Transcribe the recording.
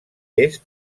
est